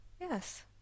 Yes